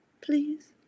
please